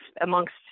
amongst